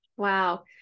Wow